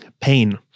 pain